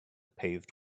paved